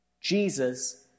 Jesus